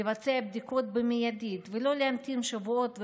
לבצע בדיקות מייד, ולא להמתין שבועות וחודשים,